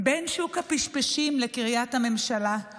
בין שוק הפשפשים לקריית הממשלה /